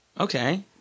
Okay